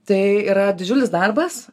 tai yra didžiulis darbas